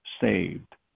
saved